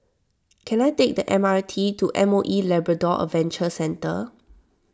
can I take the M R T to M O E Labrador Adventure Centre